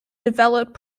developed